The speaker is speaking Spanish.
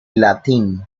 latín